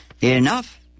enough